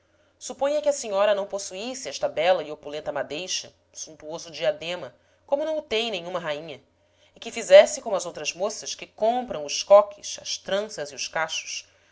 suponha que a senhora não possuísse esta bela e opulenta madeixa suntuoso diadema como não o tem nenhuma rainha e que fizesse como as outras moças que compram os coques as tranças e os cachos